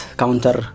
counter